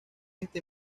este